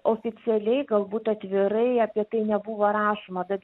oficialiai galbūt atvirai apie tai nebuvo rašoma bet